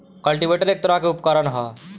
cultivator एक तरह के उपकरण ह